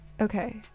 Okay